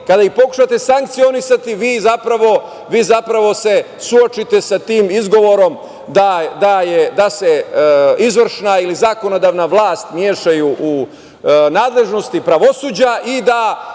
kada ih pokušati sankcionisati, vi zapravo se suočite sa tim izgovorom da se izvršna ili zakonodavna vlast mešaju u nadležnosti pravosuđa i da,